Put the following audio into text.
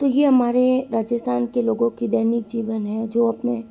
तो यह हमारे राजस्थान के लोगों की दैनिक जीवन है जो आपने